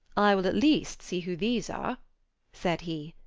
i will at least see who these are said he.